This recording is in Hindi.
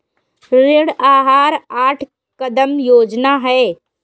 ऋण आहार आठ कदम योजना है